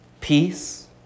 peace